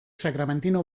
sakramentino